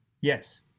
Yes